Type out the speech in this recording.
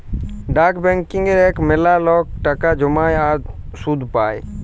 ডাক ব্যাংকিংয়ে এখল ম্যালা লক টাকা জ্যমায় আর সুদ পায়